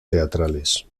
teatrales